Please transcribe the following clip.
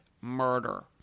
murder